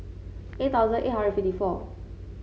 eight thousand eight hundred fifty four